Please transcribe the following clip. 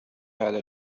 هذا